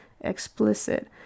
explicit